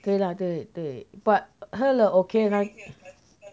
对了对对 but 喝了 okay lah